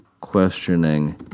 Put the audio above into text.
questioning